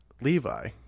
levi